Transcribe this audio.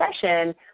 session